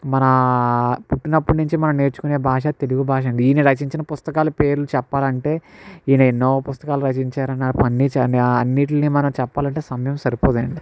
మన పుట్టినప్పటి నుంచి మన నేర్చుకునే భాష తెలుగు భాష అండి ఈయన రచించిన పుస్తకాలు పేర్లు చెప్పాలంటే ఈయన ఎన్నో పుస్తకాలు రచించారు అన్ని అన్నిట్లని మనం చెప్పాలంటే సమయం సరిపోదండి